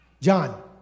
John